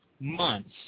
months